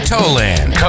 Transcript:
Toland